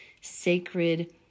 sacred